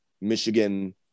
Michigan